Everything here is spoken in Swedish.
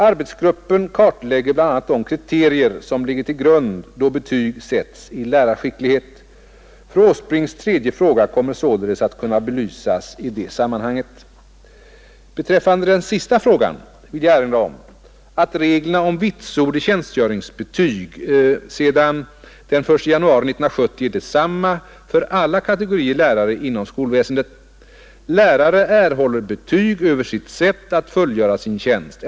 Arbetsgruppen kartlägger bl.a. de kriterier som ligger till grund då betyg sätts i lärarskicklighet. Fru Åsbrinks tredje fråga kommer således att kunna belysas i detta sammanhang. Beträffande den sista frågan vill jag erinra om att reglerna om vitsord i tjänstgöringsbetyg sedan den 1 januari 1970 är desamma för alla kategorier lärare inom skolväsendet. Lärare erhåller betyg över sitt sätt att fullgöra sin tjänst.